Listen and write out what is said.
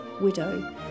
widow